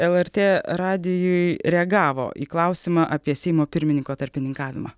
lrt radijui reagavo į klausimą apie seimo pirmininko tarpininkavimą